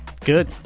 Good